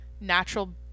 natural